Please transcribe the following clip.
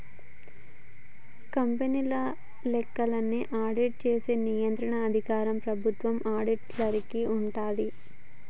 కంపెనీల లెక్కల్ని ఆడిట్ చేసేకి నియంత్రణ అధికారం ప్రభుత్వం ఆడిటర్లకి ఉంటాది